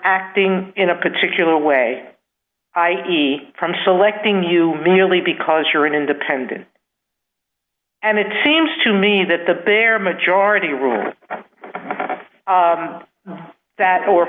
acting in a particular way i see from selecting you merely because you're an independent and it seems to me that the bigger majority rule that o